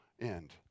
end